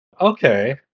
Okay